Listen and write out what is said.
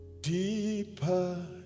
Deeper